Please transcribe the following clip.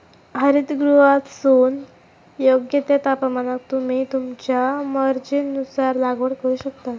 हरितगृहातसून योग्य त्या तापमानाक तुम्ही तुमच्या मर्जीनुसार लागवड करू शकतास